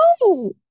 No